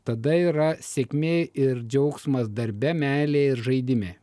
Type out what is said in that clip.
tada yra sėkmė ir džiaugsmas darbe meilėje ir žaidime